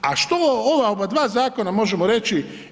A što o ova oba dva zakona možemo reći?